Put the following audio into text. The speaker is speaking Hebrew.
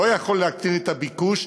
לא יכול להקטין את הביקוש,